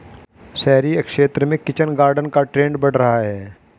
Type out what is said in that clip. शहरी क्षेत्र में किचन गार्डन का ट्रेंड बढ़ रहा है